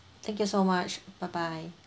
thank you so much bye bye